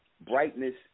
Brightness